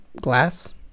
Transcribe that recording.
Glass